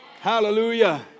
Hallelujah